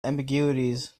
ambiguities